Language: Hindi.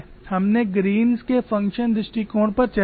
हमने ग्रीनGreen's के फ़ंक्शन दृष्टिकोण पर चर्चा की